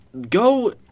go